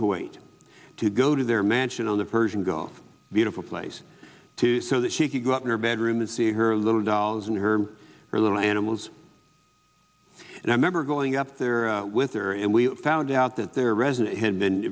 kuwait to go to their mansion on the persian gulf beautiful place to so that she could go up to her bedroom and see her little dolls and her little animals and i remember going up there with her and we found out that their residence had been